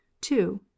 two